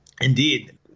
Indeed